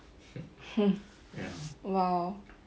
!wow!